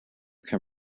can